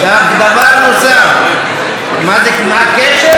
דבר נוסף, מה הקשר?